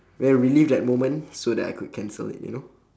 ya relive that moment so that I could cancel it you know